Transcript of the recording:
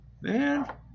man